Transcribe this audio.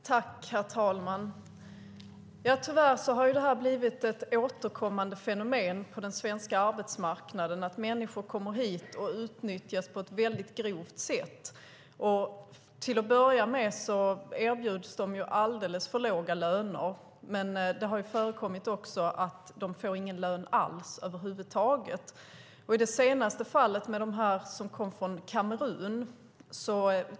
Herr talman! Tyvärr har det blivit ett återkommande fenomen på den svenska arbetsmarknaden att människor kommer hit och utnyttjas på ett väldigt grovt sätt. Till att börja med erbjuds de alldeles för låga löner, men det har också förekommit att de inte får någon lön alls. I det senaste fallet gällde det människor som kom från Kamerun.